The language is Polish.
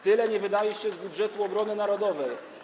Tyle nie wydaliście z budżetu obrony narodowej.